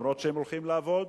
אפילו שהם הולכים לעבוד,